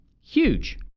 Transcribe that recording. huge